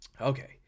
Okay